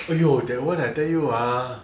!aiyo! that one I tell you ah